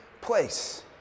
place